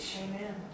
Amen